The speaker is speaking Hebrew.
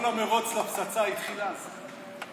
ברור, כל המרוץ לפצצה התחיל אז.